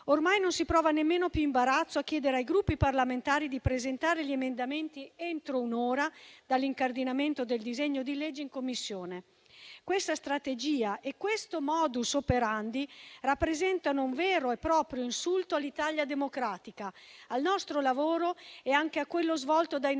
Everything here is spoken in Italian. Ormai non si prova nemmeno più imbarazzo a chiedere ai Gruppi parlamentari di presentare gli emendamenti entro un'ora dall'incardinamento del disegno di legge in Commissione. Questa strategia e questo *modus operandi* rappresentano un vero e proprio insulto all'Italia democratica, al nostro lavoro e anche a quello svolto dai nostri